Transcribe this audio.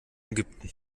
ägypten